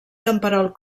camperol